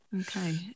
Okay